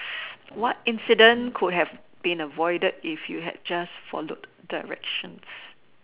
what incident could have been avoided if you had just followed directions